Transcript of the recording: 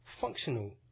functional